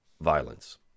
violence